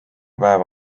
päeva